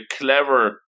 clever